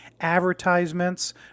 advertisements